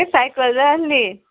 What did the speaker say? तें सायकल जाय आसलीं